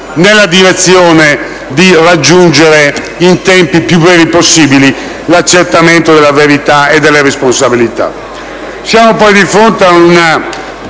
nella direzione di raggiungere nei tempi più brevi possibili l'accertamento della verità e della responsabilità: